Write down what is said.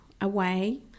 away